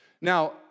Now